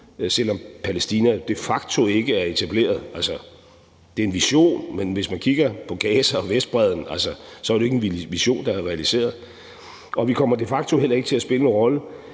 selv om Palæstina de facto ikke er etableret. Det er en vision, men hvis man kigger på Gaza og Vestbredden, er det jo ikke en vision, der er realiseret. Vi kommer de facto heller ikke til at spille en rolle,